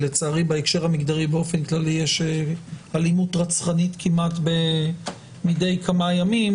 לצערי בהקשר המגדרי באופן כללי יש אלימות רצחנית כמעט מדי כמה ימים,